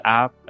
app